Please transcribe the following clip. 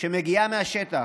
שמגיעה משהשטח,